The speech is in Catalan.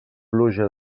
pluja